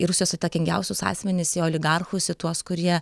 į rusijos įtakingiausius asmenis į oligarchus į tuos kurie